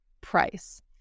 price